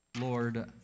Lord